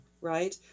right